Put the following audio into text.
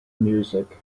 music